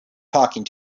talking